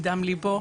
מדם ליבו,